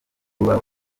kuba